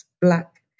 black